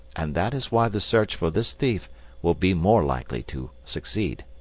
and that is why the search for this thief will be more likely to succeed.